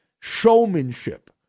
showmanship